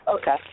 Okay